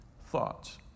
thoughts